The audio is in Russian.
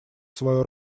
свою